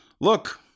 Look